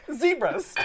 zebras